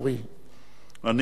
אדוני היושב-ראש,